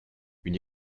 une